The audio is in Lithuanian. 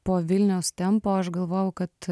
po vilniaus tempo aš galvojau kad